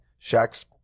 Shaq's